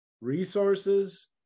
resources